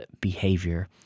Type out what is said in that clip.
behavior